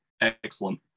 Excellent